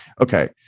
Okay